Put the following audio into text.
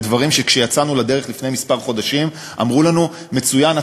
אלה דברים שכשיצאנו לדרך לפני כמה חודשים אמרו לנו: מצוין,